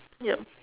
yup